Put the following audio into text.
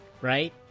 right